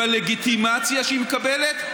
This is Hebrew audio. בלגיטימציה שהיא מקבלת,